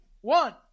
one